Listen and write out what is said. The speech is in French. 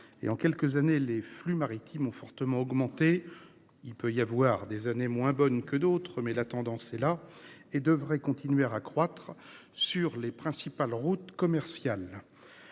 En quelques années, les flux maritimes ont fortement augmenté : même si certaines années sont moins bonnes que d'autres, la tendance est là. Ils devraient continuer à croître sur les principales routes commerciales.